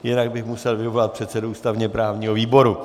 Jinak bych musel vyvolat předsedu ústavněprávního výboru.